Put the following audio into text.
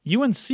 UNC